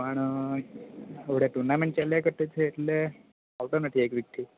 પણ હમણાં ટૂર્નામેન્ટ ચાલ્યા કરે છે એટલે આવતો નથી એક વીકથી